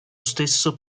stesso